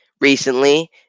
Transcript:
Recently